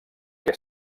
què